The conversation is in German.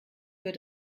wird